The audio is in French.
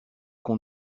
qu’on